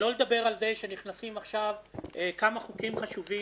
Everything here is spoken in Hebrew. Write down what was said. שלא לדבר על זה שנכנסים עכשיו כמה חוקים חשובים